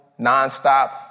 nonstop